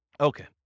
Okay